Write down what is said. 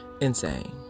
insane